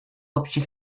общих